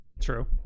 True